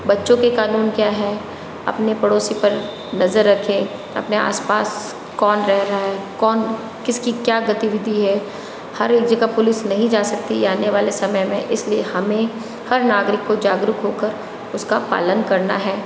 बच्चों के कानून क्या हैं अपने पड़ोसी पर नज़र रखें अपने आस पास कौन रह रहा है कौन किसकी क्या गतिविधि है हर एक जगह पुलिस नहीं जा सकती आने वाले समय में इसलिए हमें हर नागरिक को जागरूक होकर उसका पालन करना है